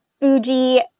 Fuji